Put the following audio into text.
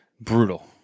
Brutal